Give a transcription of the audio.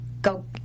go